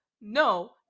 no